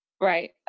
Right